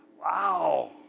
Wow